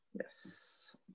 Yes